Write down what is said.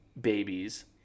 babies